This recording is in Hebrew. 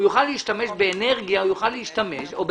הוא יוכל להשתמש באנרגיה או במים